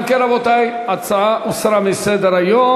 אם כן, רבותי, ההצעה הוסרה מסדר-היום.